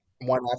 one